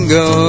go